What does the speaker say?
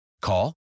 Call